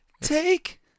Take